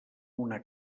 una